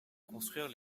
construire